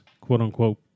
quote-unquote